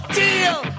deal